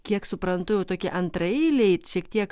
kiek suprantu jau tokie antraeiliai šiek tiek